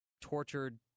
tortured